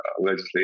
legislative